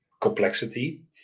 complexity